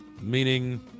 meaning